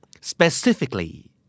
Specifically